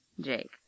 Jake